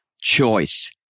Choice